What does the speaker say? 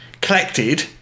collected